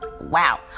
Wow